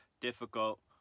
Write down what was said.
difficult